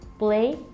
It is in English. Play